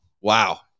Wow